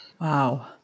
Wow